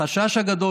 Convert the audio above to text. החשש הגדול,